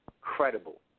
credible